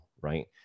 right